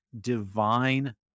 divine